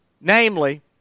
Namely